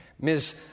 Ms